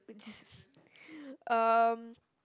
just um